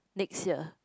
next year